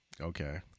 Okay